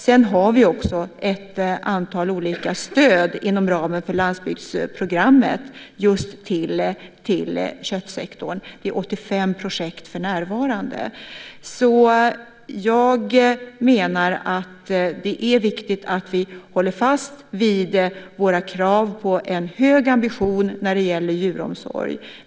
Vi har också ett antal olika stöd inom ramen för landsbygdsprogrammet just till köttsektorn. Det finns för närvarande 85 projekt. Jag menar att det är viktigt att vi håller fast vid våra krav på en hög ambition för djuromsorg.